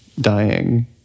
dying